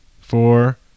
four